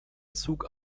zug